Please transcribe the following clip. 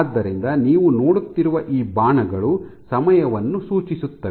ಆದ್ದರಿಂದ ನೀವು ನೋಡುತ್ತಿರುವ ಈ ಬಾಣಗಳು ಸಮಯವನ್ನು ಸೂಚಿಸುತ್ತವೆ